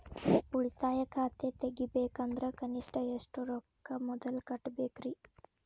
ಉಳಿತಾಯ ಖಾತೆ ತೆಗಿಬೇಕಂದ್ರ ಕನಿಷ್ಟ ಎಷ್ಟು ರೊಕ್ಕ ಮೊದಲ ಕಟ್ಟಬೇಕ್ರಿ?